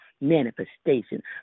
manifestation